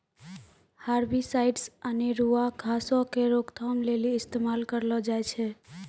herbicides अनेरुआ घासो के रोकथाम लेली इस्तेमाल करलो जाय छै